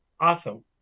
awesome